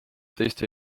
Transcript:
teiste